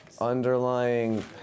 underlying